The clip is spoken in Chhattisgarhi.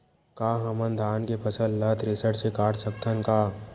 का हमन धान के फसल ला थ्रेसर से काट सकथन का?